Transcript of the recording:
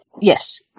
Yes